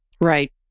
Right